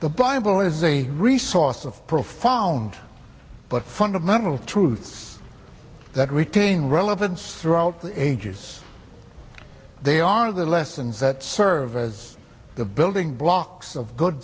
the bible is a resource of profound but fundamental truths that retain relevance throughout the ages they are the lessons that serve as the building blocks of good